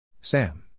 Sam